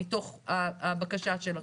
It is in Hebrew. מתוך הבקשה שלכם?